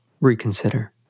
reconsider